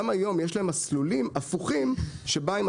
גם היום יש להם מסלולים הפוכים שבהם אם